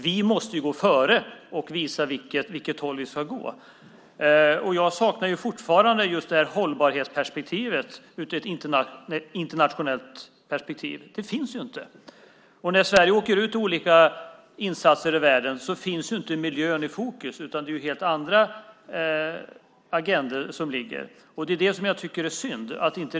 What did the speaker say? Vi måste gå före och visa åt vilket håll vi ska gå. Jag saknar fortfarande hållbarhetsperspektivet internationellt. Det finns inte. När Sverige deltar i olika insatser ute i världen finns inte miljön i fokus, utan det är helt andra frågor som finns på agendan. Det tycker jag är synd.